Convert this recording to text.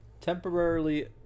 Temporarily